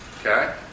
Okay